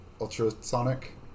ultrasonic